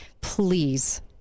please